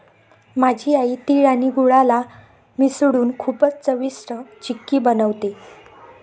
माझी आई तिळ आणि गुळाला मिसळून खूपच चविष्ट चिक्की बनवते